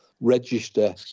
register